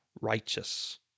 righteous